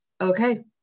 Okay